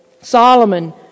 Solomon